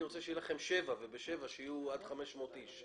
רוצה שיהיה לכם 7 וב-7 שיהיו עד 500 איש,